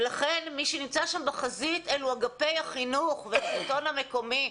לכן מי שנמצא שם בחזית אלו אגפי החינוך והשלטון המקומי.